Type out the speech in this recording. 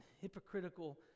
hypocritical